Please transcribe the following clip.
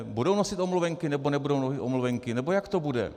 Budou nosit omluvenky, nebo nebudou nosit omluvenky, nebo jak to bude?